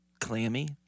clammy